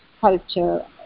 culture